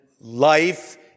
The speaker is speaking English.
Life